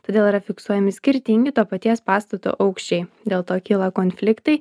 todėl yra fiksuojami skirtingi to paties pastato aukščiai dėl to kyla konfliktai